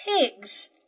pigs